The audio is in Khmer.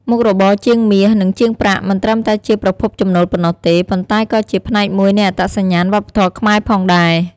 មុខរបរជាងមាស និងជាងប្រាក់មិនត្រឹមតែជាប្រភពចំណូលប៉ុណ្ណោះទេ ប៉ុន្តែក៏ជា ផ្នែកមួយនៃអត្តសញ្ញាណវប្បធម៌ខ្មែរ ផងដែរ។